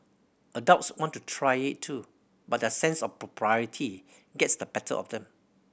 adults want to try it too but their sense of propriety gets the better of them